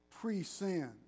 pre-sin